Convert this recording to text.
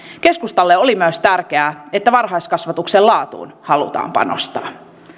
keskustalle oli myös tärkeää että varhaiskasvatuksen laatuun halutaan panostaa